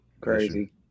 crazy